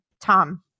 Tom